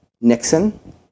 Nixon